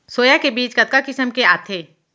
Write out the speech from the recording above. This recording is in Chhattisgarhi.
सोया के बीज कतका किसम के आथे?